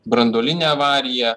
branduolinė avarija